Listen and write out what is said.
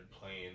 playing